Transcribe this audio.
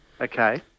Okay